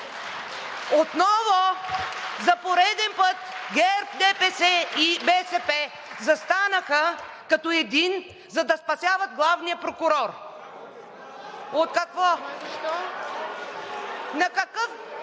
Отново за пореден път ГЕРБ, ДПС и БСП застанаха като един, за да спасяват главния прокурор. (Силен шум